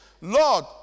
Lord